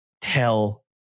tell